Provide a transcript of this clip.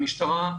המשטרה,